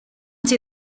sie